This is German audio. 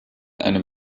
eine